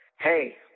hey